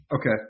Okay